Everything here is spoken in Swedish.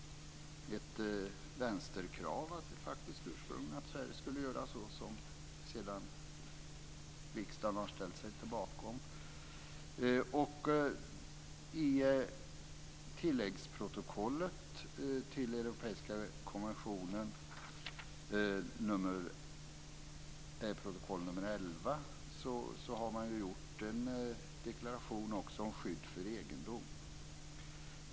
Det var ursprungligen ett vänsterkrav att Sverige skulle göra så, vilket sedan riksdagen har ställt sig bakom. I tilläggsprotokollet till Europeiska konventionen, protokoll nr 11, har man gjort en deklaration om skydd för egendom.